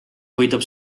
võidab